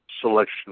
selection